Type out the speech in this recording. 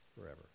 forever